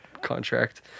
contract